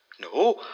No